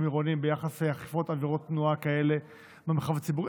עירוניים ביחס לאכיפת עבירות תנועה כאלה במרחב הציבורי.